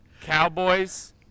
Cowboys